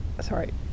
sorry